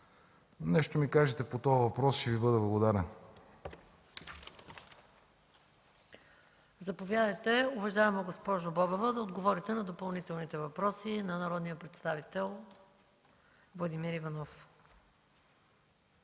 Нещо да ми кажете по този въпрос – ще Ви бъда благодарен.